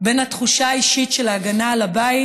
בין התחושה האישית של ההגנה על הבית